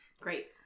Great